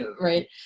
right